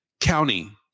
county